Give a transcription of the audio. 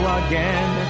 again